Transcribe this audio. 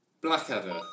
Blackadder